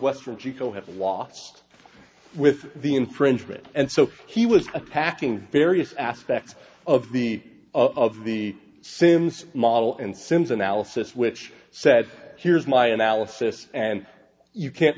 lost with the infringement and so he was attacking various aspects of the of the sims model and sims analysis which said here's my analysis and you can't